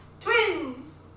Twins